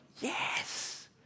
yes